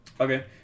Okay